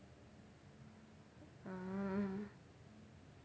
mm